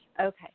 Okay